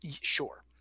sure